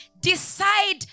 decide